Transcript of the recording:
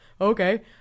okay